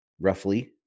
roughly